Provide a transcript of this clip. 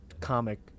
comic